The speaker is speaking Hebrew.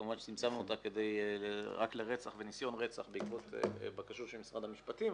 כמובן שצמצמנו אותה רק לרצח וניסיון רצח בעקבות בקשות של משרד המשפטים,